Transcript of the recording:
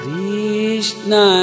Krishna